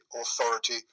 Authority